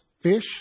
fish